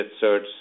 search